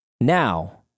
now